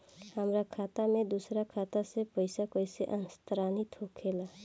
हमार खाता में दूसर खाता से पइसा कइसे स्थानांतरित होखे ला?